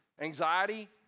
anxiety